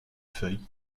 feuilles